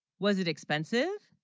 was it expensive?